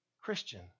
Christian